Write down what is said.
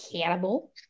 cannibal